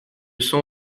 sang